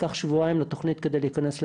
לקח שבועיים לתוכנית כדי להיכנס לעבודה.